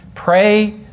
pray